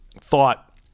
thought